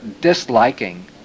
disliking